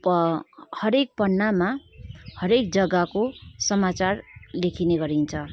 प हरेक पन्नामा हरेक जग्गाको समाचार लेखिने गरिन्छ